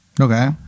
Okay